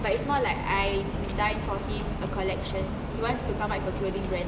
but it's more like I design for him a collection he wants to come out a clothing brand